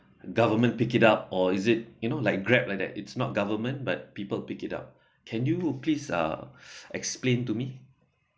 government pick it up or is it you know like grab like that it's not government but people pick it up can you please uh explain to me